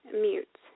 mute